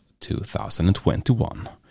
2021